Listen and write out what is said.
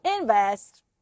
invest